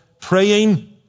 praying